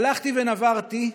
הלכתי ונברתי,